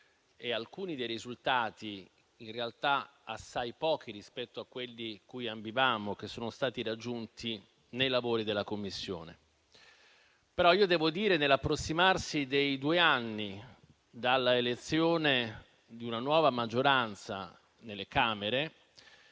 e alcuni dei risultati - in realtà assai pochi rispetto a quelli cui ambivamo - che sono stati raggiunti nei lavori della Commissione. Nell'approssimarsi dei due anni dall'elezione di una nuova maggioranza nelle Camere,